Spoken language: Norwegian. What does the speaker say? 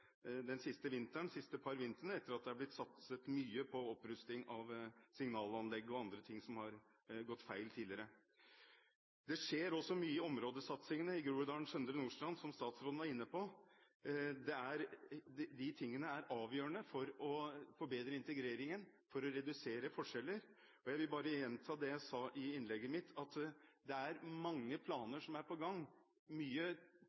par vintrene, etter at det er satset mye på opprusting av signalanlegg og annet som har vært feil tidligere. Det skjer også mye i områdesatsingene i Groruddalen og Søndre Nordstrand – som statsråden var inne på. Disse tingene er avgjørende for å forbedre integreringen – for å redusere forskjeller. Jeg vil bare gjenta det jeg sa i innlegget mitt: Det er mange